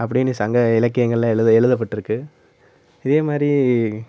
அப்படின்னு சங்க இலக்கியங்கள்ல எழுத எழுதப்பட்ருக்கு இதேமாதிரி